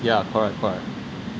ya correct correct